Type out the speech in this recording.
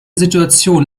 situation